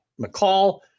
McCall